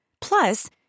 Plus